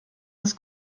das